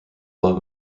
love